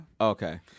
Okay